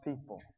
people